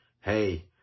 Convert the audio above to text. hey